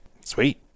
Sweet